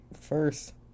first